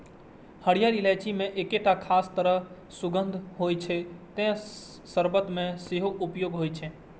हरियर इलायची मे एकटा खास तरह सुगंध होइ छै, तें शर्बत मे सेहो उपयोग होइ छै